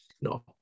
No